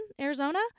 Arizona